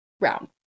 round